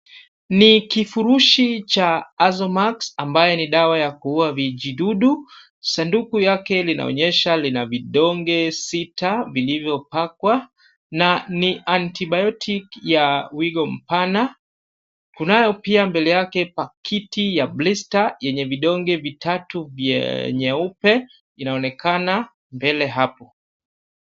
Ni kifurushi cha Azomax ambayo ni dawa ya kuua vijidudu. Sanduku yake linaonesha lina vidonge sita vilivyopakwa na ni antibiotic ya wigo mpana. Kunayo pia mbele yake pakiti ya blister yenye vidonge vitatu vya nyeupe vinaonekana mbele hapo.